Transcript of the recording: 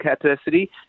capacity